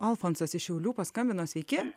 alfonsas iš šiaulių paskambino sveiki